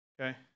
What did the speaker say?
okay